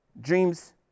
dreams